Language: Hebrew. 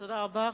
תודה רבה.